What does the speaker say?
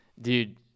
dude